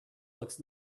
looks